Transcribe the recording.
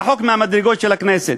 רחוק מהמדרגות של הכנסת.